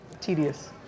Tedious